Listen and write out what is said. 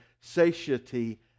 satiety